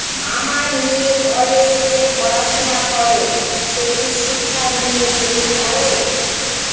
আমার মেয়ে কলেজে পড়াশোনা করে সে কি শিক্ষা ঋণ পেতে পারে?